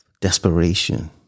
desperation